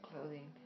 clothing